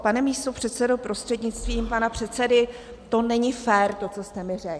Pane místopředsedo prostřednictvím pana předsedy, to není fér, to, co jste mi řekl.